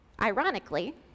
ironically